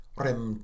rem